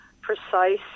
precise